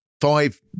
five